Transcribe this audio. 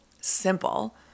simple